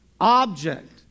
object